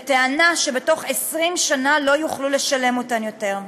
בטענה שבתוך 20 שנה לא יוכלו לשלם אותן יותר.